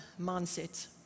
mindset